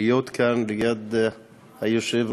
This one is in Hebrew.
להיות כאן ליד היושב-ראש,